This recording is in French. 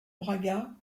braga